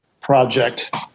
project